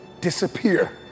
Disappear